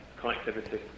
connectivity